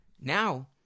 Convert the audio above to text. Now